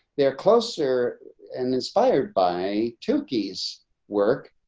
they're closer and inspired by two keys work,